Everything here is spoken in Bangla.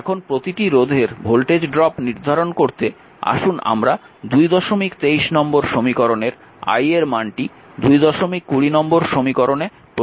এখন প্রতিটি রোধের ভোল্টেজ ড্রপ নির্ধারণ করতে আসুন আমরা 223 নম্বর সমীকরণের i এর মানটি 220 নম্বর সমীকরণে প্রতিস্থাপন করি